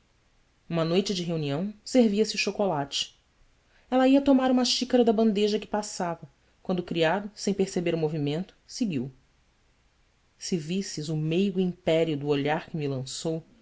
uma noite de reunião servia-se o chocolate ela ia tomar uma xícara da bandeja que passava quando o criado sem perceber o movimento seguiu se visses o meigo império do olhar que me lançou